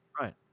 Right